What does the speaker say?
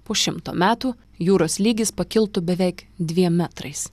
po šimto metų jūros lygis pakiltų beveik dviem metrais